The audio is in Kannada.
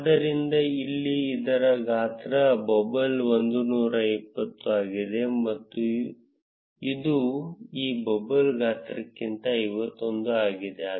ಆದ್ದರಿಂದ ಇಲ್ಲಿ ಇದರ ಗಾತ್ರ ಬಬಲ್ 120 ಆಗಿದೆ ಇದು ಈ ಬಬಲ್ ಗಾತ್ರಕ್ಕಿಂತ 51 ಆಗಿದೆ